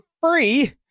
free